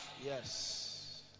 Yes